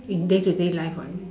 in day to day life what